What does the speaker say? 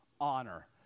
honor